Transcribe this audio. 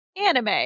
Anime